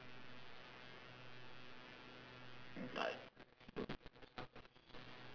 tak don't